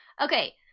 Okay